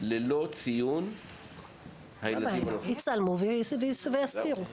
זה לא מורכב בכלל.